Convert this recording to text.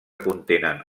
contenen